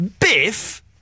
Biff